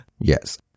Yes